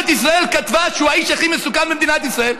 ישראל כתבה שהוא האיש הכי מסוכן במדינת ישראל,